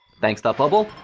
thanks, thoughtbubble.